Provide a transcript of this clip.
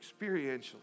experientially